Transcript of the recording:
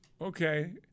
okay